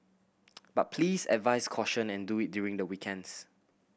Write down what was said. but please advise caution and do it during the weekends